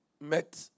met